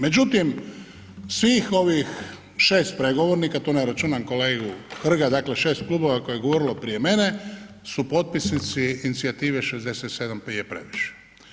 Međutim, svih ovih 6 pregovornika, tu ne računam kolegu Hrga, dakle 6 klubova koje je govorilo prije mene, su potpisnici inicijative 67 je previše.